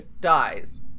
dies